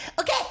Okay